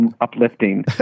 uplifting